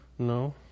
No